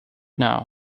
now